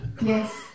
Yes